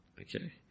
Okay